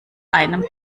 einem